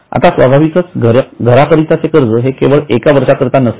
आता स्वाभाविकच घराकरिताचे कर्ज हे केवळ एका वर्षा करिता नसेल